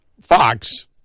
Fox